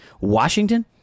Washington